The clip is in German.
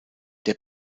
der